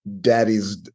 daddy's